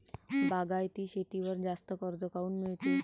बागायती शेतीवर जास्त कर्ज काऊन मिळते?